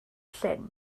llyn